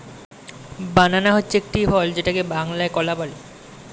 বানানা হচ্ছে একটি ফল যেটাকে বাংলায় কলা বলে